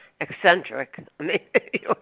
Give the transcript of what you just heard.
eccentric